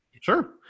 sure